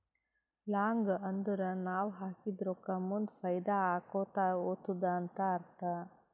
long ಅಂದುರ್ ನಾವ್ ಹಾಕಿದ ರೊಕ್ಕಾ ಮುಂದ್ ಫೈದಾ ಆಕೋತಾ ಹೊತ್ತುದ ಅಂತ್ ಅರ್ಥ